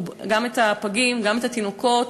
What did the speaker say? גם את הפגים וגם את התינוקות.